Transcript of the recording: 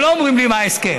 הם לא אומרים לי מה ההסכם,